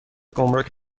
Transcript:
گمرک